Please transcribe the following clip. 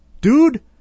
Dude